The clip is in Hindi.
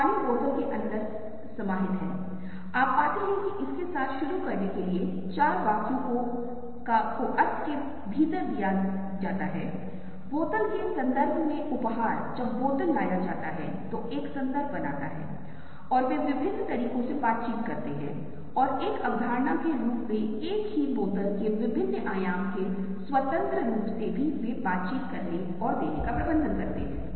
यहाँ एक और भ्रम का उदाहरण दिया गया है जहाँ आप डच चित्रकार एस्चर के काम के आधार पर सीढ़ियों के असंभव सेट पर चढ़ने में सक्षम हैं यह विशेष अवधारणा विकसित हुई है और आप फिर से विद्वान स्चर को Google कर सकते हैं और कई अद्भुत छवियां ढूंढते हैं जो विरोधाभासी छवियों के रूप में ज्ञात एक क्षेत्र का पता लगाते हैं